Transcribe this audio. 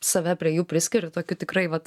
save prie jų priskiriu tokių tikrai vat